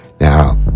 Now